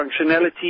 functionality